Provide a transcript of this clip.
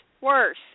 worse